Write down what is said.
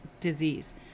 disease